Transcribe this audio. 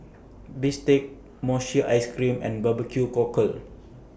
Bistake Mochi Ice Cream and Barbecue Cockle